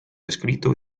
escrito